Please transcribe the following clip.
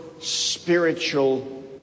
spiritual